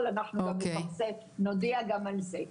של נשים שעלולות להיפגע מהשינוי הזה,